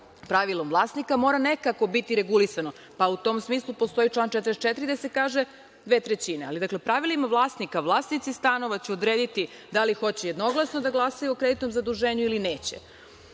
pravilom vlasnika, mora nekako biti regulisano, pa u tom smislu postoji član 44. gde se kaže 2/3. Dakle, pravilima vlasnika, vlasnici stanova će odrediti da li hoće jednoglasno da glasaju o kreditnom zaduženju ili neće. Moram